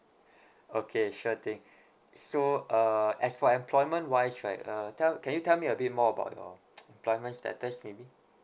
okay sure thing so uh as for employment wise right uh tell can you tell me a bit more about your employment status maybe